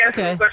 Okay